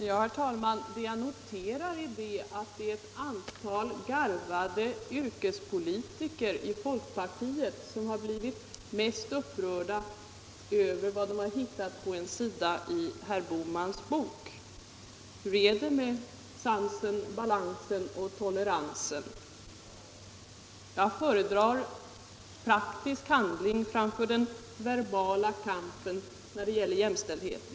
Herr talman! Vad jag noterar är att det är ett antal garvade yrkespolitiker i folkpartiet som har blivit mest upprörda över vad de har hittat på en sida i herr Bohmans bok. Hur är det med sansen, balansen och toleransen? Jag föredrar praktisk handling framför den verbala kampen när det gäller jämställdheten.